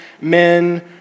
men